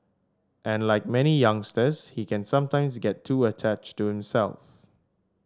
and like many youngsters he can sometimes get too attached to himself